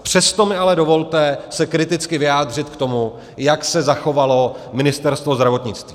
Přesto mi ale dovolte se kriticky vyjádřit k tomu, jak se zachovalo Ministerstvo zdravotnictví.